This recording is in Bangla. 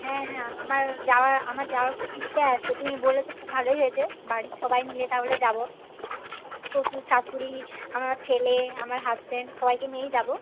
হ্যাঁ হ্যাঁ আমার যাওয়ার আমার যাওয়ার খুব ইচ্ছা আছে তুমি বলেছো খুব ভালোই হয়েছে বাড়ির সবাই মিলে তাহলে যাবো শ্বশুর শাশুড়ি আমার ছেলে আমার হাসবেণ্ড সবাইকে নিয়েই যাবো